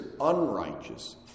unrighteous